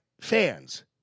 fans